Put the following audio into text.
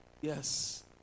yes